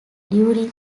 during